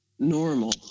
Normal